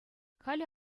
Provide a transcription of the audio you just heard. халӗ